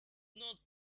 not